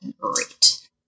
Great